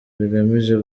rigamije